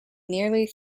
nearly